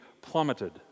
plummeted